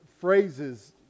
phrases